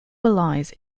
belies